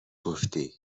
گفتی